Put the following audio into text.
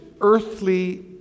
earthly